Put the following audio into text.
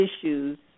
issues